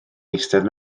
eistedd